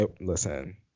Listen